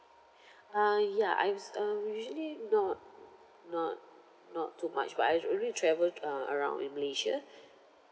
uh ya I s~ um usually not not not too much but I r~ usually travel uh around in malaysia